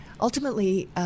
ultimately